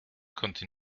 konnte